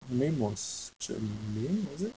the name was germaine was it